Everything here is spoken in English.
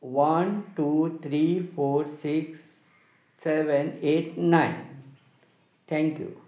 one two three four six seven eight nine thank you